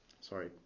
sorry